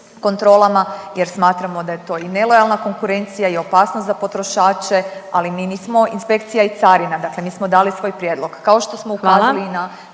kontrolama jer smatramo da je to i nelojalna konkurencija i opasnost za potrošače, ali mi nismo inspekcija i carina, dakle mi smo dali svoj prijedlog, kao